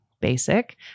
basic